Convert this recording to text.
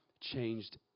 changed